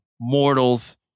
mortals